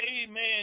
amen